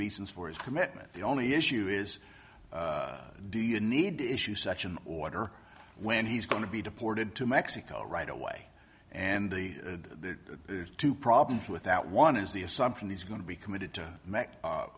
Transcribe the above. reasons for his commitment the only issue is do you need to issue such an order when he's going to be deported to mexico right away and the two problems with that one is the assumption he's going to be committed